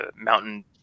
mountain